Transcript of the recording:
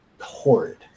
horrid